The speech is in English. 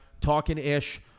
talking-ish